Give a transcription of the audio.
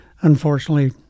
unfortunately—